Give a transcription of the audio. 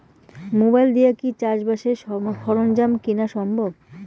Mobile দিয়া কি চাষবাসের সরঞ্জাম কিনা সম্ভব?